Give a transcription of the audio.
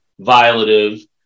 violative